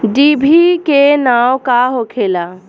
डिभी के नाव का होखेला?